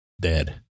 Dead